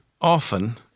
often